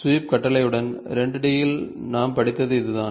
sweep கட்டளையுடன் 2 D யில் நாம் படித்தது இதுதான்